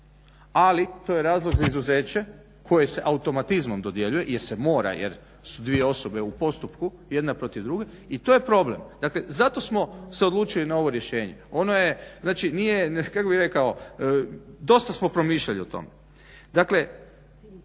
ali to je razlog za izuzeće koje se automatizmom dodjeljuje jer se mora, jer su dvije osobe u postupku jedna protiv druge i to je problem. Dakle zato smo se odlučili na ovo rješenje, ono je, kako bih rekao, dosta smo promišljali o tome.